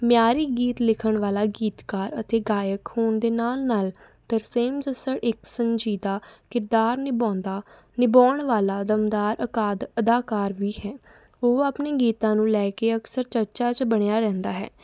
ਮਿਆਰੀ ਗੀਤ ਲਿਖਣ ਵਾਲਾ ਗੀਤਕਾਰ ਅਤੇ ਗਾਇਕ ਹੋਣ ਦੇ ਨਾਲ ਨਾਲ ਤਰਸੇਮ ਜੱਸੜ ਇੱਕ ਸੰਜੀਦਾ ਕਿਰਦਾਰ ਨਿਭਾਉਂਦਾ ਨਿਭਾਉਣ ਵਾਲਾ ਦਮਦਾਰ ਅਕਾਦ ਅਦਾਕਾਰ ਵੀ ਹੈ ਉਹ ਆਪਣੇ ਗੀਤਾਂ ਨੂੰ ਲੈ ਕੇ ਅਕਸਰ ਚਰਚਾ 'ਚ ਬਣਿਆ ਰਹਿੰਦਾ ਹੈ